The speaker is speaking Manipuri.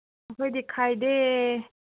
ꯑꯩꯈꯣꯏꯗꯤ ꯈꯥꯏꯗꯦ